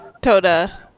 Toda